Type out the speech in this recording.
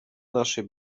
naszej